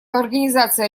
организации